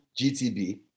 GTB